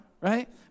right